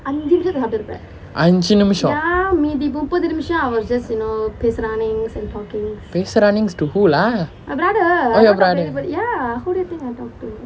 ஐந்து நிமிஷம் பேசுறானிங்ஸ்:ainthu nimisham pesuraanings to who lah